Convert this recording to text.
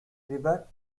river